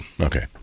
okay